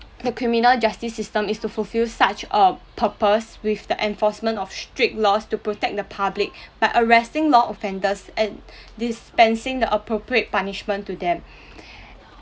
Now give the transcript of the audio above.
the criminal justice system is to fulfil such a purpose with the enforcement of strict laws to protect the public by arresting law offenders and dispensing the appropriate punishment to them